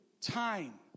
time